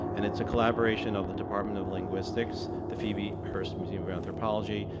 and it's a collaboration of the department of linguistics, the phoebe hearst museum of anthropology,